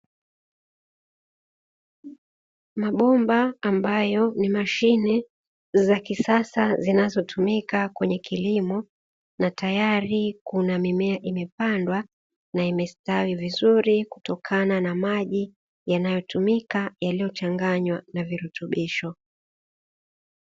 Mabomba ambayo ni mashine za kisasa, zinatumika katika kilimo na tayari kuna mimea imepandwa na imestawi vizuri kutokana na maji ynayotumika yaliyochanganywa na virutubisho.